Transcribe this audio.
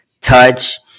touch